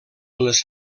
les